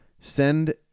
send